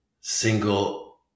single